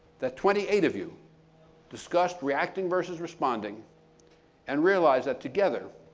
that twenty eight of you discussed reacting versus responding and realized that together